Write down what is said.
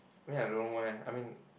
I mean I don't know where I mean